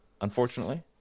unfortunately